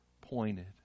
pointed